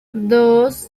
dos